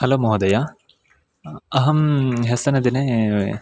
hello महोदय अहं ह्यस्तनदिने